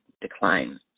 decline